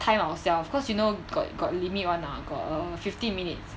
time ourself cause you know got got limit [one] ah got err fifty minutes